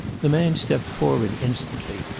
the man stepped forward instantly.